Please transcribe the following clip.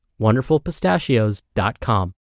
wonderfulpistachios.com